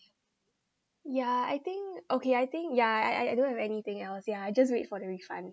ya I think okay I think ya I I I don't have anything else ya I just wait for the refund